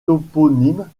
toponyme